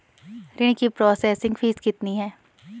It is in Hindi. ऋण की प्रोसेसिंग फीस कितनी है?